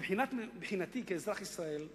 מבחינתי כאזרח ישראל,